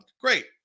Great